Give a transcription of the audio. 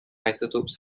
isotopes